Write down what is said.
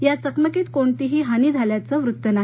या चकमकीत कोणतीही हानी झाल्याचं वृत्त नाही